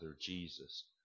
Jesus